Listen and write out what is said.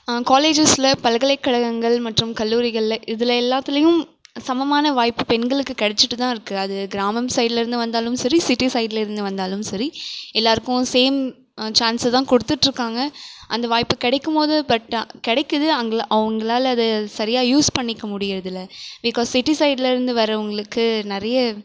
காலேஜஸில் பல்கலைக்கழகங்கள் மற்றும் கல்லூரிகளில் இதில் எல்லாத்துலேயும் சமமான வாய்ப்பு பெண்களுக்கு கெடைச்சிட்டு தான் இருக்கு அது கிராமம் சைடில் இருந்து வந்தாலும் சரி சிட்டி சைடில் இருந்து வந்தாலும் சரி எல்லோருக்கும் சேம் சான்ஸு தான் கொடுத்துட்ருக்காங்க அந்த வாய்ப்பு கிடைக்கும் போது பட் கிடைக்குது அவங்களால அது சரியாக யூஸ் பண்ணிக்க முடியுறது இல்லை பிகாஸ் சிட்டி சைடில் இருந்து வரவங்களுக்கு நிறைய